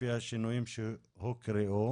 לפי שהשינויים שהוקראו,